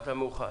באת מאוחר.